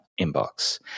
inbox